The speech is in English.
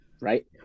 right